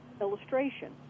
illustration